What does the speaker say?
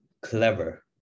clever